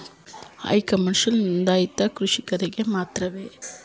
E commerce ನೊಂದಾಯಿತ ಕೃಷಿಕರಿಗೆ ಮಾತ್ರವೇ?